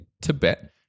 Tibet